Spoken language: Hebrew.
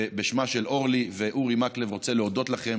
ובשמם של אורלי ואורי מקלב רוצה להודות לכם